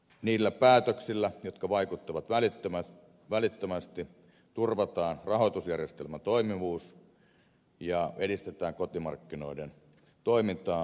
niillä päätöksillä jotka vaikuttavat välittömästi turvataan rahoitusjärjestelmän toimivuus ja edistetään kotimarkkinoiden toimintaa ja työllisyyttä